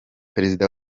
perezida